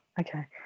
okay